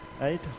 right